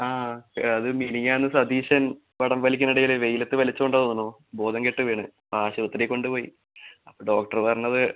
ആ അത് മിനിങ്ങാന്ന് സതീശൻ വടം വലിക്കുന്നിടയിൽ വെയ്ലത്ത് വലിച്ചോണ്ടാന്ന് തോന്നണു ബോധം കെട്ട് വീണ് ആശുപത്രിയിൽ കൊണ്ടുപോയി അപ്പം ഡോക്ടറ് പറഞ്ഞത്